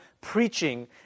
preaching